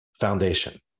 foundation